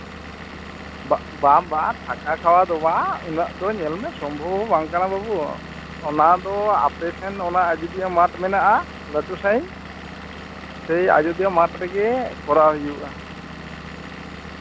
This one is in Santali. ᱵᱟᱝ ᱵᱟᱝ ᱛᱷᱟᱠᱟ ᱠᱷᱟᱣᱟ ᱫᱚ ᱵᱟᱝ ᱩᱱᱟᱹᱜ ᱫᱚ ᱧᱮᱞᱢᱮ ᱥᱚᱢᱵᱷᱚᱵᱽ ᱦᱚᱸ ᱵᱟᱝ ᱠᱟᱱᱟ ᱵᱟᱹᱵᱩ ᱛᱚ ᱚᱱᱟ ᱫᱚ ᱟᱯᱮ ᱥᱮᱱ ᱚᱱᱟ ᱟᱡᱚᱫᱤᱭᱟᱹ ᱢᱟᱴᱷ ᱢᱮᱱᱟᱜᱼᱟ ᱞᱟᱹᱴᱩ ᱥᱟᱺᱦᱤᱡ ᱥᱮᱭ ᱟᱡᱚᱫᱤᱭᱟᱹ ᱢᱟᱴᱷ ᱨᱮᱜᱮ ᱠᱚᱨᱟᱣ ᱦᱩᱭᱩᱜᱼᱟ